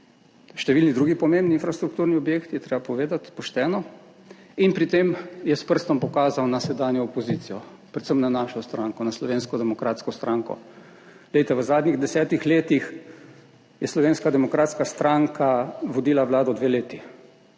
številni drugi pomembni infrastrukturni objekti, je treba povedati pošteno, in pri tem je s prstom pokazal na sedanjo opozicijo, predvsem na našo stranko, na Slovensko demokratsko stranko. Glejte, v zadnjih desetih letih je Slovenska demokratska stranka vodila vlado dve leti,